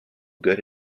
good